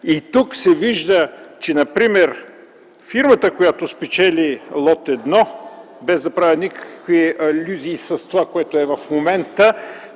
5. Тук се вижда, че например фирмата, която спечели лот 1, без да правя никакви алюзии с това, което е в момента,